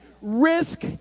risk